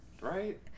right